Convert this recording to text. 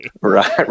Right